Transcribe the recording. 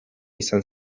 izan